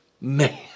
Man